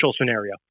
scenario